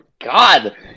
God